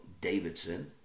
Davidson